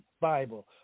Bible